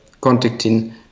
contacting